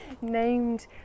named